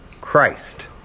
Christ